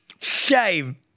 Shame